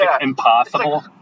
impossible